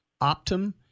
Optum